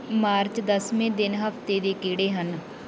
March ਦਸਵੇਂ ਦਿਨ ਹਫ਼ਤੇ ਦੇ ਕਿਹੜੇ ਹਨ